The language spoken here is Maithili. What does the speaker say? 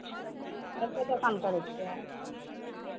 कतय दोकान करै छियै